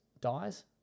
dies